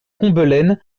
combelaine